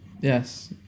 yes